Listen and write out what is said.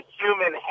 human